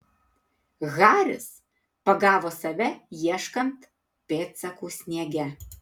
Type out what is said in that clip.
haris pagavo save ieškant pėdsakų sniege